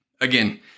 again